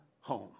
home